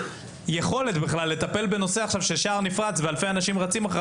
יכולת בכלל לטפל באירוע שהשער נפרץ ואנשי אנשים נכנסים.